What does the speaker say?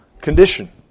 condition